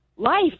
life